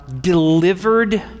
delivered